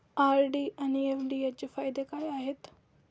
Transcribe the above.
RD आणि FD यांचे फायदे काय आहेत?